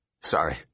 sorry